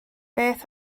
beth